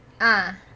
ah